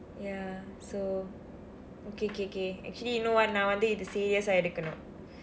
ya so okay okay okay actually you know what நான் வந்து இதை:naan vandthu ithai serious-aa எடுக்குனும்:edukkunum